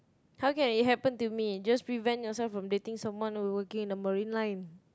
how can it happen to me just prevent yourself from dating someone who working in the marine line